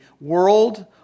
world